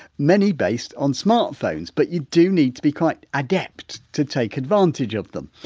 many based on smartphones. but you do need to be quite adept to take advantage of them.